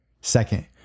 Second